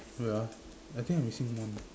wait ah I think I'm missing one